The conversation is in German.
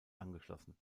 angeschlossen